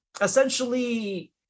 essentially